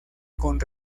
con